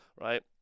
right